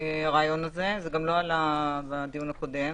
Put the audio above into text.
הרעיון הזה, זה גם לא עלה בדיון הקודם.